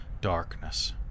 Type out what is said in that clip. darkness